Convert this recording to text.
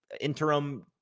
interim